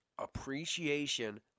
appreciation